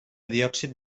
diòxid